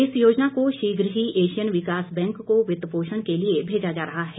इस योजना को शीघ ही एशियन विकास बैंक को वित्त पोषण के लिए भेजा जा रहा है